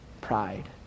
pride